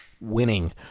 Winning